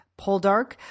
Poldark